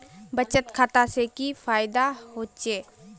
बचत खाता से की फायदा होचे?